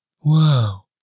Wow